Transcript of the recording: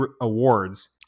awards